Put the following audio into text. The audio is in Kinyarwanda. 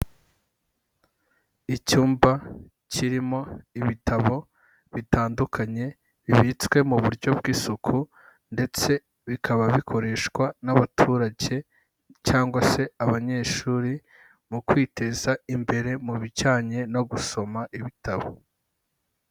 Icyumba kirimo ibitabo bitandukanye bibitswe mu buryo bw'isuku ndetse bikaba bikoreshwa n'abaturage, cyangwa se abanyeshuri mu kwiteza imbere mu bijyanye no gusoma ibitabo.